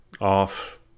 Off